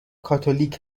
کاتولیک